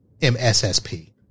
MSSP